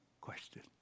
question